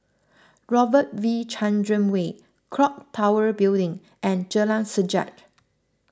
Robert V Chandran Way Clock Tower Building and Jalan Sajak